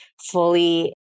fully